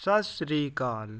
ਸਤਿ ਸ਼੍ਰੀ ਅਕਾਲ